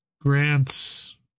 Grants